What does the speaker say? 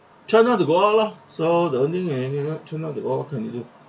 try not to go out lor so the only thing is you can do try not to go out